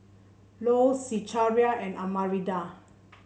Ilo Zechariah and Arminda